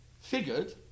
figured